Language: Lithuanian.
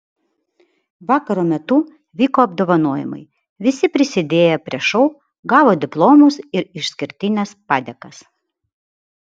vakaro metu vyko apdovanojimai visi prisidėję prie šou gavo diplomus ir išskirtines padėkas